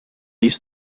used